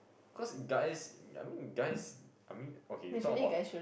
cause guys I mean guys I mean okay you talk about